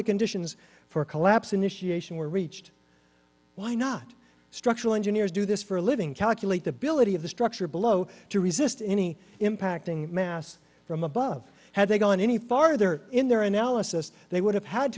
the conditions for collapse initiation were reached why not structural engineers do this for a living calculate the ability of the structure below to resist any impacting mass from above had they gone any farther in their analysis they would have had